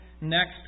next